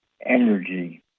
energy